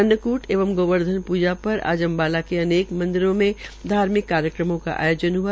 अन्न कूट एवं गोवर्धन पूजा पर आज अम्बाला के अनेक मंदिरों में धार्मिक कार्यक्रम का आयोजन हआ